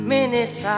minutes